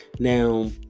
Now